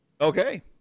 Okay